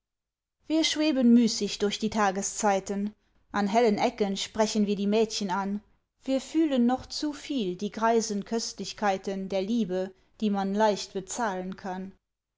wir schweben müßig durch die tageszeiten an hellen ecken sprechen wir die mädchen an wir fühlen noch zu viel die greisen köstlichkeiten der liebe die man leicht bezahlen kann